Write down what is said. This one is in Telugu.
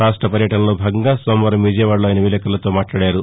రాష్ట పర్యటనలో భాగంగా సోమవారం విజయవాదలో ఆయన విలేకర్లతో మాట్లాడారు